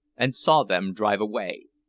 and saw them drive away.